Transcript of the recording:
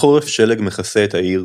בחורף שלג מכסה את העיר,